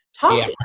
talk